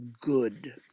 good